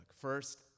First